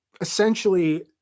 essentially